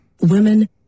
women